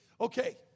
Okay